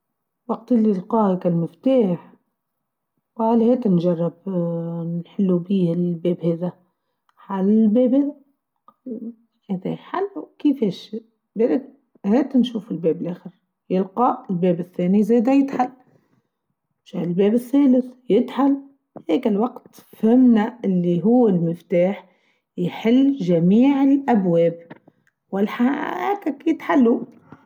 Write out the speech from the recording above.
وقت إلي لقاها كا المفتاح قال هات نجرب ااا نحلو بيها الباب هاذا حل الباب هاذا ، هاذا حل كيفاش بابا ، هات نشوف الباب أخريلقا الباب الثاني زادا يتحل جا الباب الثاثل يتحل هيك الوقت فهمنا إلي هو المفتاح يحل جميع الأبواب و الحااال أكيد حلو.